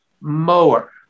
mower